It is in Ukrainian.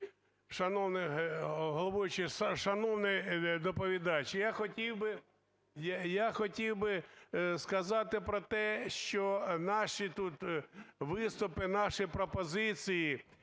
Шановний головуючий… шановний доповідач, я хотів би сказати про те, що наші тут виступи, наші пропозиції і